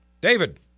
David